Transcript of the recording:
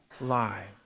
lie